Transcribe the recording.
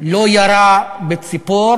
לא ירה בציפור,